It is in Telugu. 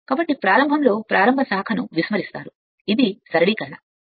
కాబట్టి ప్రారంభంలో ప్రారంభ శాఖను నిర్లక్ష్యం చేస్తారు ఇది సరళీకరణ సరైనది